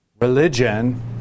religion